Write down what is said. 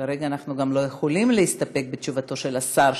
כרגע אנחנו גם לא יכולים להסתפק בתשובתו של השר,